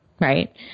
Right